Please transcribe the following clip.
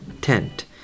tent